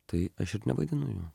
tai aš ir nevaidinu jų